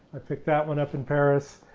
i picked that one up in paris.